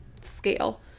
scale